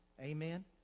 Amen